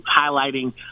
highlighting